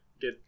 get